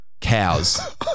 cows